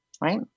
right